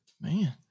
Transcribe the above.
Man